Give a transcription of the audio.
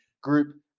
group